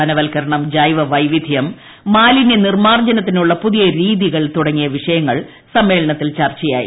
വനവ്ൽക്കൂരണം ജൈവ വൈവിധ്യം മാലിന്യ നിർമ്മാർജ്ജനത്തിനിുള്ള പുതിയ രീതികൾ തുടങ്ങിയ വിഷയങ്ങൾ സമ്മേളനത്തിൽ ചർച്ചയായി